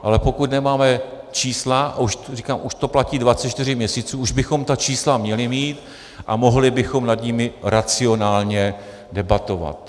Ale pokud nemáme čísla říkám, už to platí 24 měsíců, už bychom ta čísla měli mít a mohli bychom nad nimi racionálně debatovat.